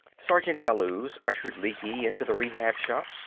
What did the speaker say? sergeant bellews ushered lecky into the rehab shop.